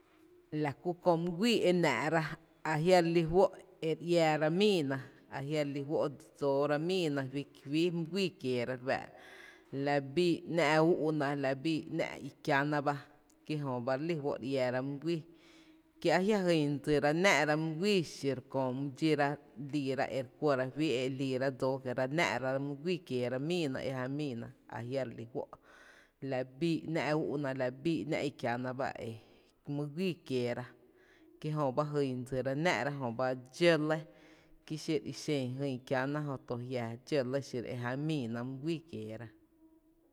La kú köö mý guíí e náá’ ra a jia’ re lí fó’ e re iáára míína, ajia0 re l’i fó’ e dsoora míína fi mý guii kieera re fáá’ra, la bii ‘ná’ úú’na la bii ‘ná’ ilki’ana ba, ki jöba re lí fó’ re iära mý guíí, ki a jia’ re lí fó’ e jyn dsira náá’ra my guii xiro köö my dxíra liira e re kuera fí o liira e náá’ra míína my guíí kieera, ajia0 re klí fó’ la bii ‘ná’ úúna la bii ‘ná’ i kiäna ba e my guíí kieera, kie jöba jyn dsira náá’ra, jöba dxó lɇ Kí xiro i xen jyn i kiäna ajia’ dxó lɇ míina mý guii kieera.